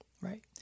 Right